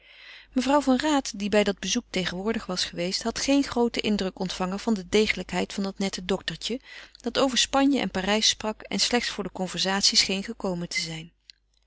mevrouw van raat die bij dit bezoek tegenwoordig was geweest had geen grooten indruk ontvangen van de degelijkheid van dat nette doktertje dat over spanje en parijs sprak en slechts voor de conversatie scheen gekomen te zijn